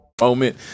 moment